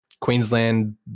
Queensland